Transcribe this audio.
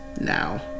now